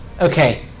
okay